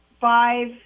five